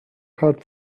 hard